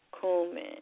cumin